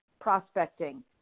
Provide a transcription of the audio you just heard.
prospecting